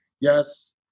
yes